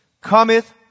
cometh